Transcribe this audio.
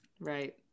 Right